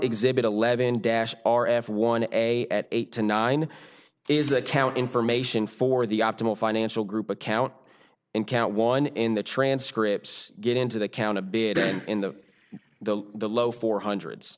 exhibit eleven dash r f one a at eight to nine is that count information for the optimal financial group account in count one in the transcripts get into the count a bit and in the the the low for hundreds